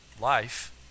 life